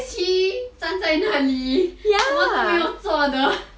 why is he 站在那里什么都没有做的